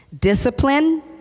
Discipline